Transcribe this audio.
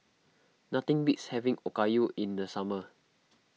nothing beats having Okayu in the summer